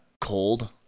cold